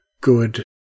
good